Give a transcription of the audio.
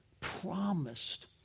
promised